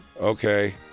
Okay